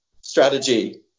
strategy